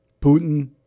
Putin